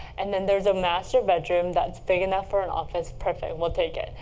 and then there's a master bedroom that's big enough for an office. perfect. we'll take it.